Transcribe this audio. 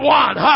one